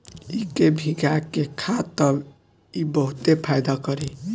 इके भीगा के खा तब इ बहुते फायदा करि